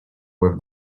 with